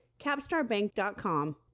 CapstarBank.com